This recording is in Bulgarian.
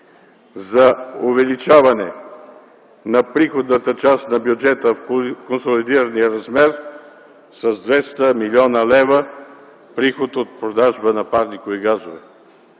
за увеличаване на приходната част на бюджета в консолидирания размер с 200 млн. лв. приход от продажба на парникови газове.